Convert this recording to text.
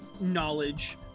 knowledge